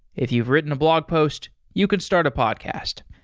if you've written a blog post, you can start a podcast.